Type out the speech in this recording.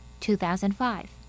2005